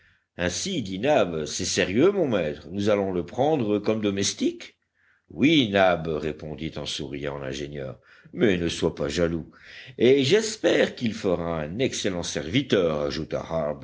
ainsi dit nab c'est sérieux mon maître nous allons le prendre comme domestique oui nab répondit en souriant l'ingénieur mais ne sois pas jaloux et j'espère qu'il fera un excellent serviteur ajouta